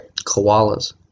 Koalas